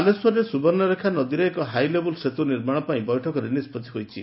ବାଲେଶ୍ୱରରେ ସୁବର୍ଷ୍ଡରେଖା ନଦୀରେ ଏକ ହାଇଲେବୁଲ୍ ସେତୁ ନିର୍ମାଣ ପାଇଁ ବୈଠକରେ ନିଷ୍ବତ୍ତି ହୋଇଛି